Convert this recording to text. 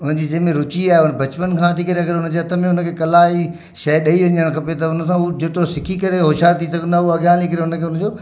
हुनजी जंहिं में रुची आहे बचपन खां वठी करे अगरि हुनजे हथ में हुनखे कला जी शइ ॾेई वञणु खपे त हुन सां उहो जेतिरो सिखी करे होशियार थी सघंदो आहे उहो अॻियां हली करे हुनखे हुनजो